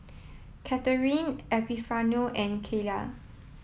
Catharine Epifanio and Kaela